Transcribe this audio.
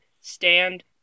stand